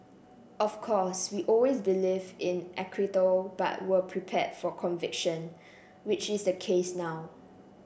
of course we always believed in acquittal but were prepared for conviction which is the case now